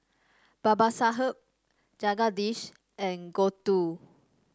Babasaheb Jagadish and Gouthu